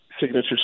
signature